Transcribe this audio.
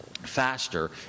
faster